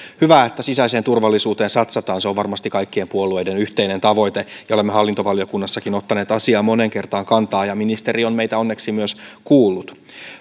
hyvä että sisäiseen turvallisuuteen satsataan se on varmasti kaikkien puolueiden yhteinen tavoite ja olemme hallintovaliokunnassakin ottaneet asiaan moneen kertaan kantaa ja ministeri on meitä onneksi myös kuullut